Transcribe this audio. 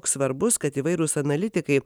svarbus kad įvairūs analitikai